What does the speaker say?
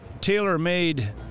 tailor-made